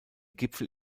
gipfel